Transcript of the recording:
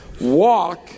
Walk